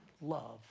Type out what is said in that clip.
love